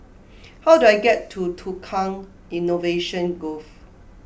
how do I get to Tukang Innovation Grove